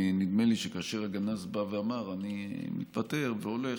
נדמה לי שכאשר הגנז בא ואמר: אני מתפטר והולך,